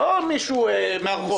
לא מישהו מן הרחוב,